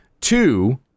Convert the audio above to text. two